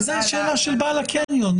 זו השאלה של בעל הקניון.